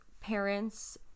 parents